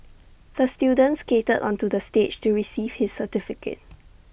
the student skated onto the stage to receive his certificate